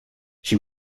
she